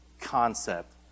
concept